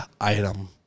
item